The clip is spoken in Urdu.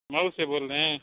مئو سے بول رہے ہیں